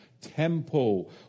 temple